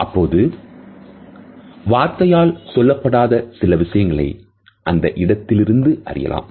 அப்போது வார்த்தையால் சொல்லப்படாத சில விஷயங்களை அந்த இடத்திலிருந்து அறியலாம்